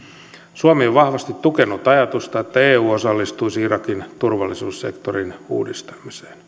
suomi on vahvasti tukenut ajatusta että eu osallistuisi irakin turvallisuussektorin uudistamiseen